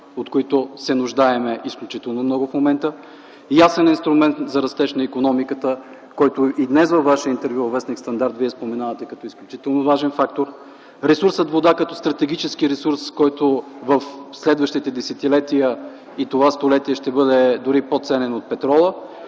от които се нуждаем изключително много в момента, ясен инструмент за растеж на икономиката, който и днес във Ваше интервю за в. „Стандарт” Вие споменавате като изключително важен фактор, ресурсът „вода” като стратегически ресурс, който в следващите десетилетия и това столетие ще бъде дори по-ценен от петрола